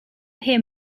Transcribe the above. hear